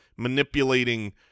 manipulating